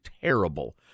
terrible